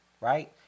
Right